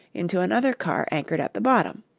into another car anchored at the bottom.